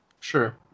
Sure